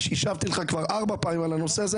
השבתי לך ארבע פעמים על הנושא הזה,